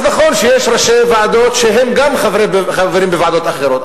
אז נכון שיש ראשי ועדות שהם גם חברים בוועדות אחרות,